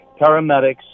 Paramedics